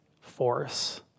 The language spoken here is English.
force